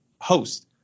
host